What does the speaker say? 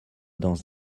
dans